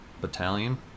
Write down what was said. Battalion